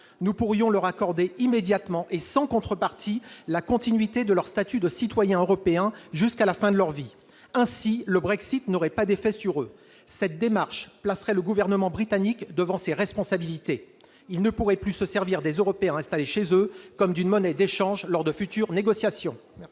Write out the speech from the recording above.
Nous pourrions leur accorder, immédiatement et sans contrepartie, le maintien de leur statut de citoyen européen jusqu'à la fin de leur vie. Ainsi, le Brexit n'aurait pas d'effet sur eux. Une telle démarche placerait le Gouvernement britannique devant ses responsabilités. Il ne pourrait plus se servir des Européens installés au Royaume-Uni comme d'une monnaie d'échange lors de futures négociations.